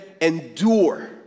endure